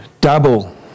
double